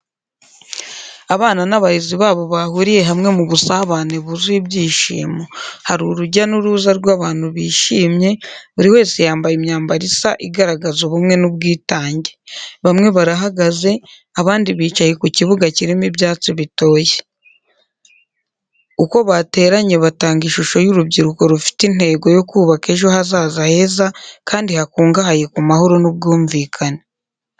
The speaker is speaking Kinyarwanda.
Abana n’abarezi babo bahuriye hamwe mu busabane buzuye ibyishimo. Hari urujya n’uruza rw’abantu bishimye, buri wese yambaye imyambaro isa igaragaza ubumwe n’ubwitange. Bamwe barahagaze, abandi bicaye ku kibuga kirimo ibyatsi bitoshye. Uko bateranye batanga ishusho y’urubyiruko rufite intego yo kubaka ejo hazaza heza kandi hakungahaye ku mahoro n’ubwumvikane.